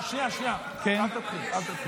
שנייה, אל תתחיל.